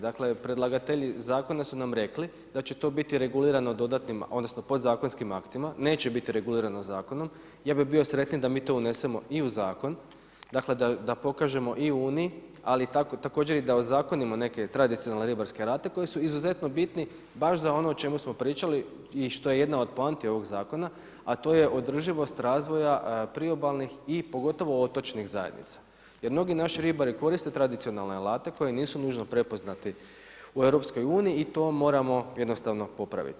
Dakle, predlagatelji zakona su nam rekli da će to biti regulirano dodatnim odnosno podzakonskim aktima, neće biti regulirano zakonom, ja bi bio sretniji da mi to unesemo i u zakon, dakle da pokažemo i uniji, ali također i da ozakonimo neke tradicionalne ribarske alate koji su izuzetno bitni baš za ono o čemu smo pričali i što je jedna od poanti ovog zakona, a to je održivost razvoja priobalnih i pogotovo otočnih zajednica jer mnogi naši ribari koriste tradicionalne alate koji nisu nužno prepoznati u EU i to moramo jednostavno popraviti.